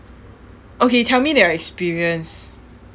okay tell me that your experience